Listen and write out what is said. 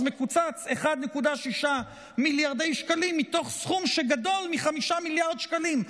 אז מקוצצים 1.6 מיליארד שקלים מתוך סכום שגדול מ-5 מיליארד שקלים.